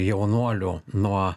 jaunuolių nuo